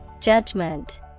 Judgment